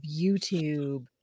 YouTube